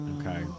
Okay